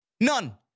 None